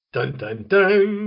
Dun-dun-dun